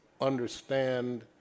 understand